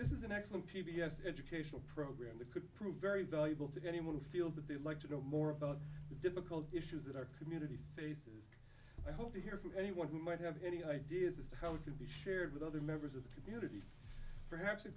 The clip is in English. this is an excellent p b s educational program that could prove very valuable to anyone who feels that they'd like to know more about the difficult issues that are community faces i hope to hear from anyone who might have any ideas as to how it could be shared with other members of the community perhaps it